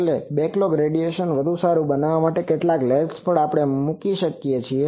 છેલ્લે તમે બેકલોગ રેડિયેશનને વધુ સારી બનાવવા માટે કેટલાક લેન્સ પણ મૂકી શકો છો